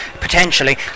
potentially